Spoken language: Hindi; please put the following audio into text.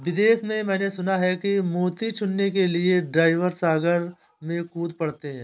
विदेश में मैंने सुना है कि मोती चुनने के लिए ड्राइवर सागर में कूद पड़ते हैं